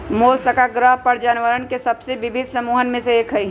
Mollusca ग्रह पर जानवरवन के सबसे विविध समूहन में से एक हई